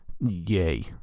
yay